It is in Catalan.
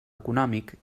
econòmic